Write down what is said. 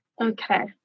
okay